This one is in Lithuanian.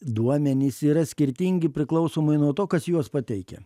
duomenys yra skirtingi priklausomai nuo to kas juos pateikia